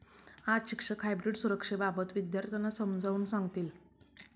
आज शिक्षक हायब्रीड सुरक्षेबाबत विद्यार्थ्यांना समजावून सांगतील